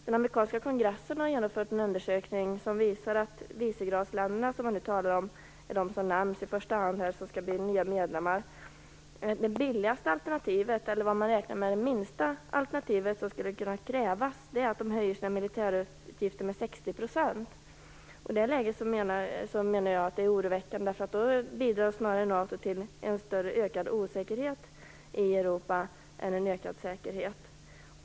Den amerikanska kongressen har genomfört en undersökning som visar att det minsta krav man ställer på Visegradsländerna, som är de som i första hand skall bli nya medlemmar, är att de höjer sina militärutgifter med 60 %. Det är oroväckande. Då bidrar NATO snarare till en större ökad osäkerhet i Europa än till en ökad säkerhet.